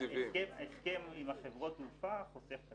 ההסכם עם חברות התעופה חוסך תקציבים.